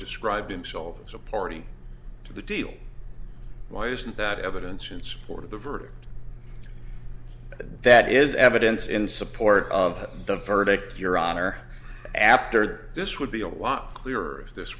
describe himself as a party to the deal why isn't that evidence in support of the verdict that is evidence in support of the verdict your honor after this would be a lot clearer if this